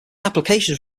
applications